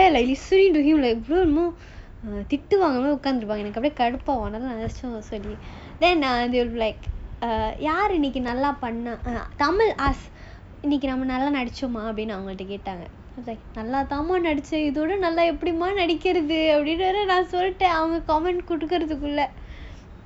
I don't like to be serious you know because everyone would we just there like listening to you like திட்டுவாங்கனு உட்காந்துருப்பாங்க எனக்கு அப்டியே கடுப்பா இருக்கும் இன்னைக்கு நல்ல நடிச்சோமானு கேட்பாங்க நல்லாத்தான்மா நடிச்சேன் இதுக்கு மேல எப்படி நல்ல நடிக்குறது அப்டினு சொல்லிட்டேன்:thituvaanu utkarnthurupaanga enaku apdie kadupaa irukum innaiku nallaa nadichomanu ketpaanga nallaathaanma nadichaen idhuku mela epdi nadikurathu apdinu sollittaen comment கொடுக்குறதுக்குள்ள:kodukurathukulla